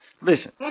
Listen